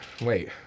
wait –